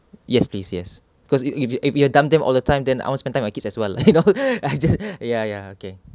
yes please yes because you if you if you've dump them all the time then I won't spend time with my kids as well you know I just ya ya okay